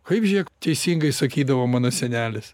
kaip žiūrėk teisingai sakydavo mano senelis